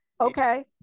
Okay